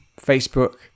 Facebook